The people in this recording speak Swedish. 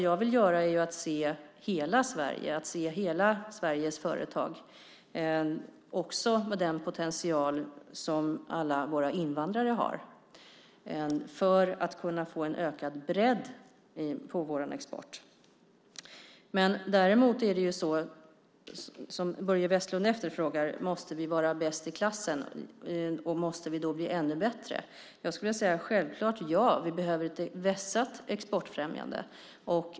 Jag vill se hela Sverige och alla Sveriges företag, också den potential som alla våra invandrare har, för att kunna få en ökad bredd på vår export. Börje Vestlund frågar om vi måste vara bäst i klassen och om vi då måste bli ännu bättre. Jag skulle vilja säga: Självklart ja. Vi behöver ett vässat exportfrämjande.